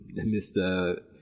Mr